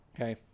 Okay